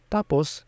Tapos